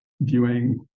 viewing